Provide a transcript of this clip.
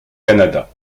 canada